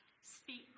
speak